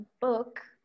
book